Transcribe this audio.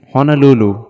Honolulu